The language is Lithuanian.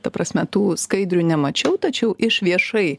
ta prasme tų skaidrių nemačiau tačiau iš viešai